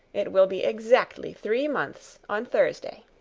it will be exactly three months on thursday.